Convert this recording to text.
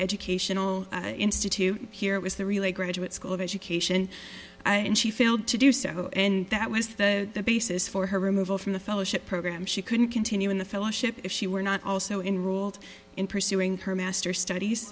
educational institute here was the relay graduate school of education and she failed to do so and that was the basis for her removal from the fellowship program she couldn't continue in the fellowship if she were not also in ruled in pursuing her master studies